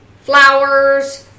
flowers